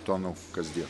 tonų kasdien